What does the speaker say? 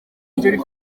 iri